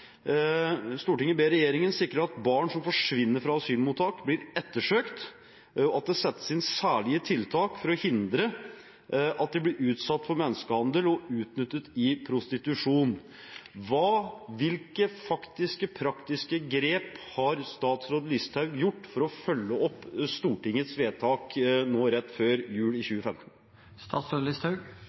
ber regjeringen sikre at barn som forsvinner fra asylmottak blir ettersøkt og at det settes inn særlige tiltak for å hindre at de blir utsatt for menneskehandel og utnyttet i prostitusjon.» Hvilke faktiske, praktiske grep har statsråd Listhaug gjort for å følge opp Stortingets vedtak fra rett før jul i